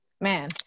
Man